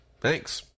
Thanks